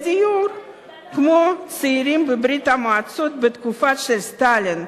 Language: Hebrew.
בדיוק כמו צעירים בברית-המועצות בתקופת סטלין,